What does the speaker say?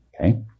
Okay